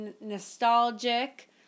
nostalgic